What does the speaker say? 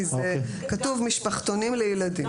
כתוב "משפחתונים לילדים".